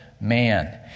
man